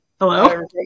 Hello